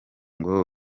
ngo